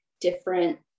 different